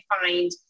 find